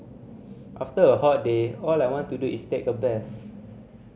after a hot day all I want to do is take a bath